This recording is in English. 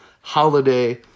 holiday